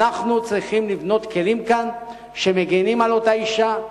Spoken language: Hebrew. אנחנו צריכים לבנות כאן כלים שמגינים על אותה אשה,